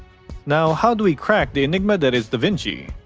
now, how do we crack the enigma that is da vinci?